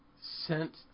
sent